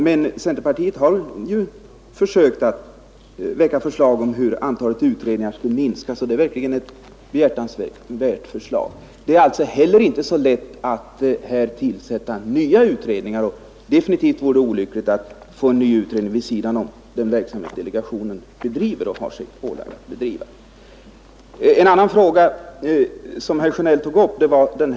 Men centerpartiet har satt i fråga förslag om hur antalet utredningar skulle kunna minskas, vilket vore högst behjärtansvärt. Herr Sjönell tog upp frågan om förslaget till ersättning till sådana företag som inte lönar sig.